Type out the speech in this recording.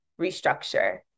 restructure